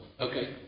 Okay